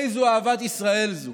איזו אהבת ישראל זו.